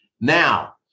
Now